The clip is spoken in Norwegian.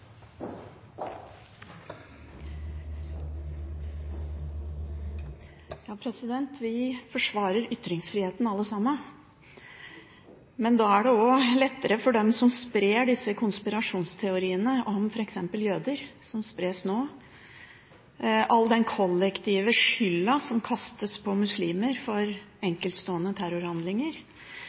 Alle forsvarer vi ytringsfriheten, men da er det også lettere for dem som nå sprer konspirasjonsteoriene om f.eks. jøder – all den kollektive skylden for enkeltstående terrorhandlinger som kastes på muslimer.